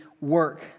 work